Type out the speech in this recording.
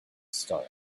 star